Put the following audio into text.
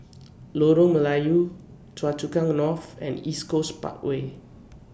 Lorong Melayu Choa Chu Kang North and East Coast Parkway